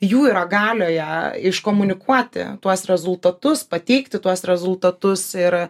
jų yra galioje iškomunikuoti tuos rezultatus pateikti tuos rezultatus ir